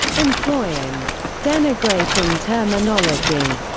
employing denigrating terminology,